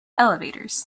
elevators